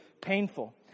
painful